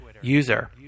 user